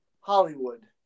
Hollywood